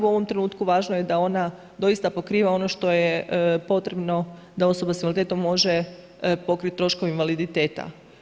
U ovom trenutku važno je da ona doista pokriva ono što je potrebno da osoba sa invaliditetom može pokriti troškove invaliditeta.